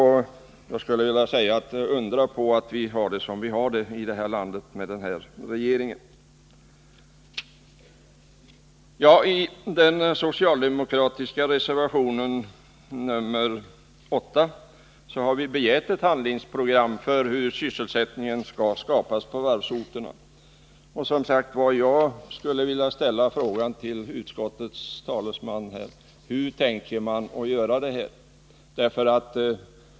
Undra på att vi har det som vi har här i landet med den här regeringen! I den socialdemokratiska reservationen nr 8 har vi begärt ett handlingsprogram för hur sysselsättning skall skapas på varvsorterna, och jag skulle som sagt vilja ställa frågan till utskottets talesman: Hur tänker man gå till väga?